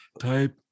type